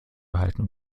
verhalten